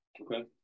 Okay